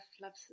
love